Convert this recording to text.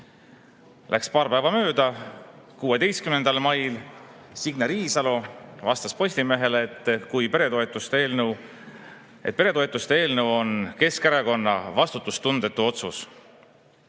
Läks paar päeva mööda. 16. mail vastas Signe Riisalo Postimehele, et peretoetuste eelnõu on Keskerakonna vastutustundetu otsus.